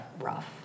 Rough